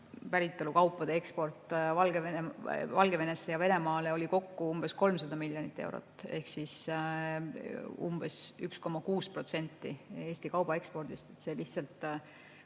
päritolu kaupade eksport Valgevenesse ja Venemaale oli kokku umbes 300 miljonit eurot ehk umbes 1,6% Eesti kaubaekspordist. See iseloomustab